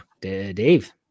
Dave